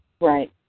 Right